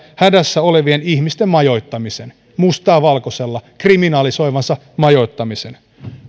hädässä olevien ihmisten majoittamisen mustaa valkoisella kriminalisoivansa majoittamisen